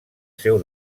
seu